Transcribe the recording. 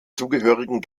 zugehörigen